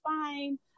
fine